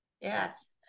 Yes